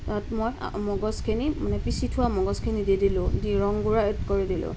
তাত মই মগজখিনি মানে পিছি থোৱা মগজখিনি দি দিলোঁ দি ৰং গুড়া এড কৰি দিলোঁ